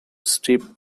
strip